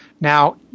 Now